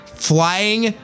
flying